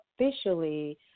Officially